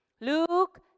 Luke